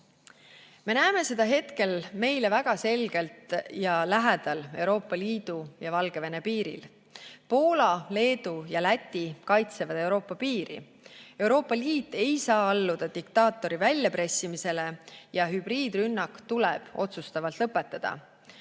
näeme seda hetkel meile väga selgelt ja lähedal Euroopa Liidu ja Valgevene piiril. Poola, Leedu ja Läti kaitsevad Euroopa piiri. Euroopa Liit ei saa alluda diktaatori väljapressimisele ja hübriidrünnak tuleb otsustavalt lõpetada.